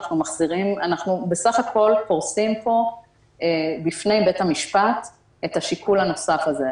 אנחנו בסך הכול פורסים פה בפני בית המשפט את השיקול הנוסף הזה.